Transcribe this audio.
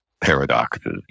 paradoxes